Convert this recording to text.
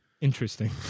interesting